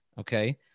okay